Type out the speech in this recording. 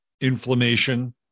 inflammation